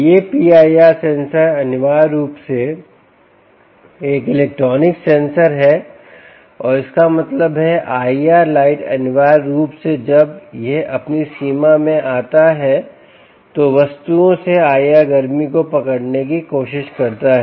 यह PIR sensor अनिवार्य रूप से एक इलेक्ट्रॉनिक सेंसर है और इसका मतलब है IR लाइट अनिवार्य रूप से जब यह अपनी सीमा में आता है तो वस्तुओं से IR गर्मी को पकड़ने की कोशिश करता है